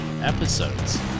episodes